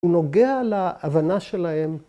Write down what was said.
‫הוא נוגע להבנה שלהם.